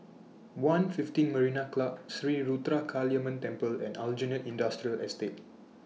one fifteen Marina Club Sri Ruthra Kaliamman Temple and Aljunied Industrial Estate